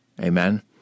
Amen